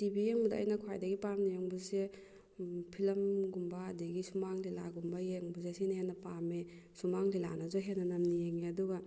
TV ꯌꯦꯡꯕꯗ ꯑꯩꯅ ꯈ꯭ꯋꯥꯏꯗꯒꯤ ꯄꯥꯝꯅ ꯌꯦꯡꯕꯁꯦ ꯐꯤꯂꯝꯒꯨꯝꯕ ꯑꯗꯒꯤ ꯁꯨꯃꯥꯡ ꯂꯤꯂꯥꯒꯨꯝꯕ ꯌꯦꯡꯕꯁꯦ ꯁꯤꯅ ꯍꯦꯟꯅ ꯄꯥꯝꯃꯦ ꯁꯨꯃꯥꯡ ꯂꯤꯂꯥꯅꯁꯨ ꯍꯦꯟꯅ ꯅꯝꯅ ꯌꯦꯡꯉꯦ ꯑꯗꯨꯒ